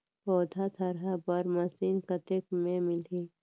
पौधा थरहा बर मशीन कतेक मे मिलही?